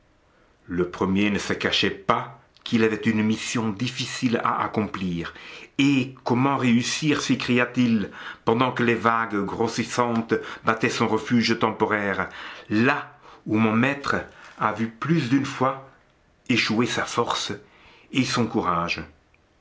le premier ne se cachait pas qu'il avait une mission difficile à accomplir et comment réussir s'écriait-il pendant que les vagues grossissantes battaient son refuge temporaire là où mon maître a vu plus d'une fois échouer sa force et son courage